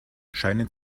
scheinen